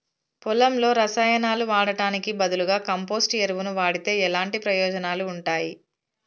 పొలంలో రసాయనాలు వాడటానికి బదులుగా కంపోస్ట్ ఎరువును వాడితే ఎలాంటి ప్రయోజనాలు ఉంటాయి?